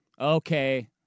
Okay